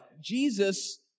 Jesus